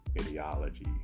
ideology